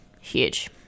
huge